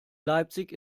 leipzig